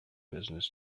business